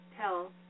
tell